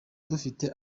dufite